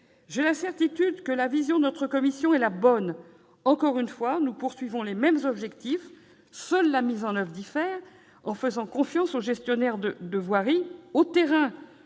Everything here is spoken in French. J'ai la certitude que la vision de notre groupe de travail est la bonne. Encore une fois, nous poursuivons les mêmes objectifs ; seule la mise en oeuvre diffère : nous faisons confiance aux gestionnaires de voirie et au terrain.